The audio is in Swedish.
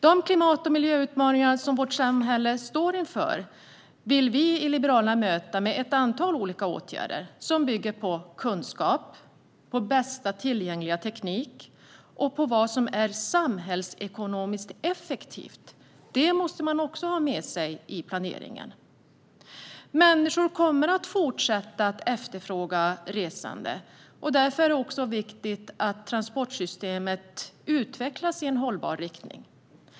De klimat och miljöutmaningar vårt samhälle står inför vill vi i Liberalerna möta med ett antal olika åtgärder som bygger på kunskap, bästa tillgängliga teknik och vad som är samhällsekonomiskt effektivt. Det måste man också ha med sig i planeringen. Människor kommer att fortsätta efterfråga resande, och därför är det viktigt att transportsystemet utvecklas i hållbar riktning.